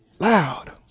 Loud